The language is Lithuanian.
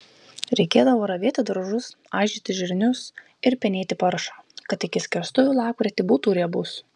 reikėdavo ravėti daržus aižyti žirnius ir penėti paršą kad iki skerstuvių lapkritį būtų riebus